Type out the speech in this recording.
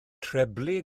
treblu